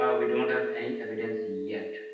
um we don't have any evidence yet.